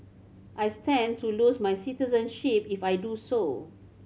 I stand to lose my citizenship if I do so